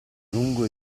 lungo